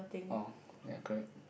orh ya correct